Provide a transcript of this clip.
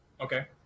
Okay